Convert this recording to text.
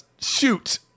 Shoot